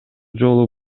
жолу